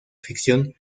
ficción